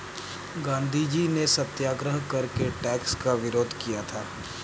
गांधीजी ने सत्याग्रह करके टैक्स का विरोध किया था